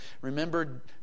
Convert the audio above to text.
remember